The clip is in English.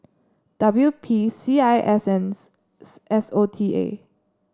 W P C I S and S O T A